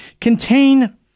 contain